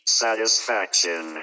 satisfaction